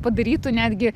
padarytų netgi